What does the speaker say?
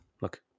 Look